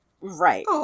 Right